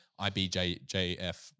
IBJJF